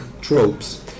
tropes